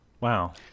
Wow